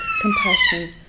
compassion